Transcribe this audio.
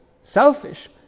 selfish